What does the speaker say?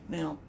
Now